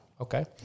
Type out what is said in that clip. okay